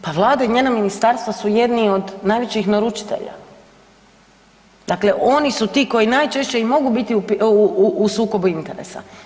Pa vlada i njena ministarstva su jedni od najvećih naručitelja, dakle oni su ti koji najčešće i mogu biti u sukobu interesa.